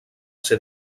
ser